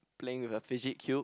playing with a fidget cube